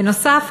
בנוסף,